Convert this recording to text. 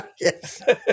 Yes